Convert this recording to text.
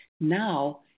now